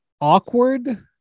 awkward